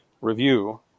review